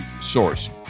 source